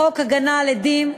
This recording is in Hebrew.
בחוק הגנה על עדים,